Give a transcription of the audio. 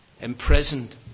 imprisoned